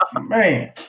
man